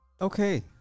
Okay